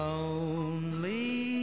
Lonely